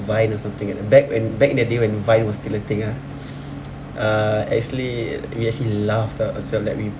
vine or something like that back when back that day when vine was still a thing ah uh actually he actually laughed out so that we